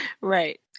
Right